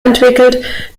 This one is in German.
entwickelt